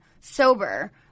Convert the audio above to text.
sober